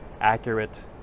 accurate